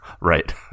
Right